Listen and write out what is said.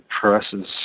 presses